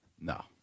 No